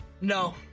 No